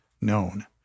known